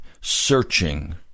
searching